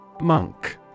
Monk